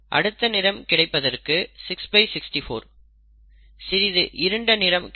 அடுத்த நிறம் கிடைப்பதற்கு 664 சிறிது இருண்ட நிறம் கிடைப்பதற்கு 1564